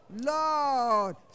Lord